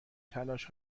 تلاش